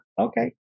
Okay